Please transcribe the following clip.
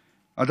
מפוצלים.